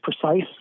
precise